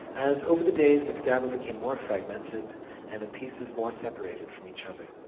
as over the days the cadaver became more fragmented and the pieces more separated from each other.